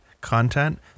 content